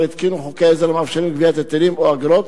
התקינו חוקי עזר המאפשרים גביית היטלים או אגרות.